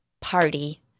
party